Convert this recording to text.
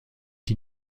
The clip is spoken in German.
die